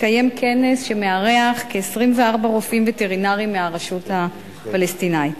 מתקיים כנס שמארח כ-24 רופאים וטרינרים מהרשות הפלסטינית.